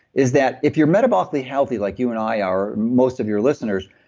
is that if you're metabolically healthy, like you and i are, most of your listeners,